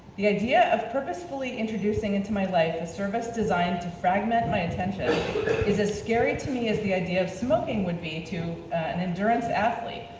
the idea of purposefully introducing into my life a service designed to fragment my attention is as scary to me as the idea of smoking would be to an endurance athlete,